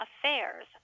affairs